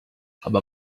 aber